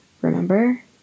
remember